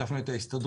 שיתפנו את ההסתדרות,